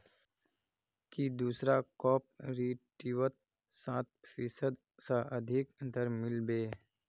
की दूसरा कॉपरेटिवत सात फीसद स अधिक दर मिल बे